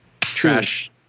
Trash